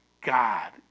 God